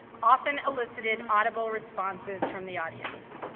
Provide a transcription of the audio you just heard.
often elicited audible responses from the audience.